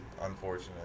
unfortunate